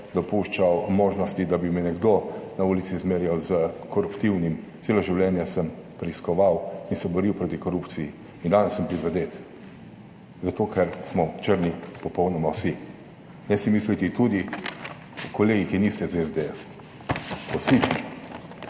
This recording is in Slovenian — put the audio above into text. dopuščal možnosti, da bi me nekdo na ulici zmerjal s koruptivnim. Celo življenje sem preiskoval in se boril proti korupciji in danes sem prizadet, zato ker smo črni popolnoma vsi. Ne si misliti, tudi kolegi, ki niste iz SDS, vsi.